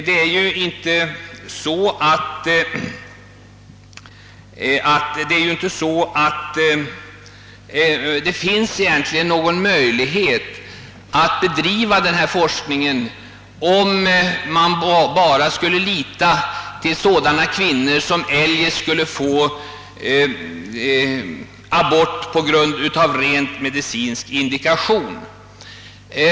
Det förhåller sig på det sättet, att det inte skulle finnas någon möjlighet att få fram riktiga resultat av denna forskning, om man bara skulle lita till sådana kvinnor som eljest skulle få abort på rent medicinska indikationer.